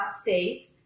states